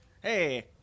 Hey